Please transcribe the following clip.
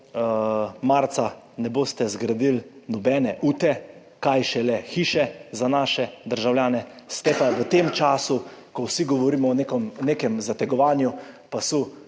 marca ne boste zgradili nobene ute, kaj šele hiše za naše državljane. Ste pa v tem času, ko vsi govorimo o nekem 21. TRAK: